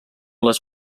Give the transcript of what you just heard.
les